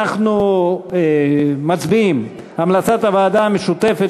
אנחנו מצביעים: המלצת הוועדה המשותפת